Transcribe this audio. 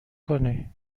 کنی